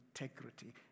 integrity